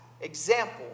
example